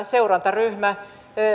seurantaryhmä